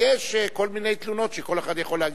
ואז יש כל מיני תלונות שכל אחד יכול להגיש.